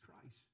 Christ